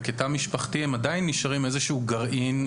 וכתא משפחתי הם עדיין נשארים איזשהו גרעין.